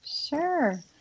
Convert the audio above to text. Sure